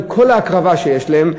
עם כל ההקרבה שלהם,